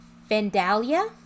Vandalia